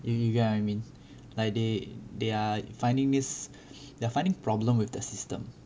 you you get what I mean like they they're finding this they're finding problem with the system